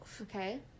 Okay